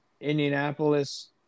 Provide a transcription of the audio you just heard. Indianapolis –